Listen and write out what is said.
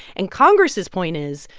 and congress's point is,